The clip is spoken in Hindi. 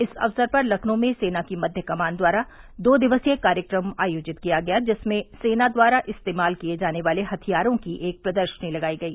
इस अक्सर पर लखनऊ में सेना की मध्य कमान द्वारा दो दिवसीय कार्यक्रम का आयोजित किया गयाजिसमें सेना द्वारा इस्तेमाल किये जाने वाले हथियारों की एक प्रदर्शनी लगाई गई